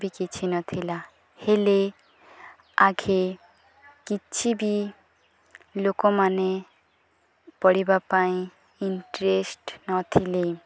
ପାଇଁ ବି କିଛି ନଥିଲା ହେଲେ ଆଗେ କିଛି ବି ଲୋକମାନେ ପଢ଼ିବା ପାଇଁ ଇଣ୍ଟରେଷ୍ଟ ନଥିଲେ